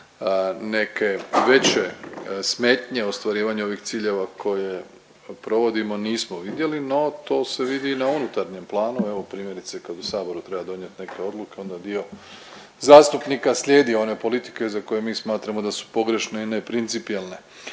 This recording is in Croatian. neke veće smetnje u ostvarivanju ovih ciljeva koje provodimo nismo vidjeli, no to se vidi na unutarnjem planu, evo, primjerice, kad u Saboru treba donijeti neke odluke, onda dio zastupnika slijedi one politike za koje mi smatramo da su pogrešne i neprincipijelne,